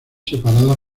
separadas